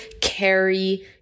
carry